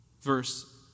verse